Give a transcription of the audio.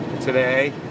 today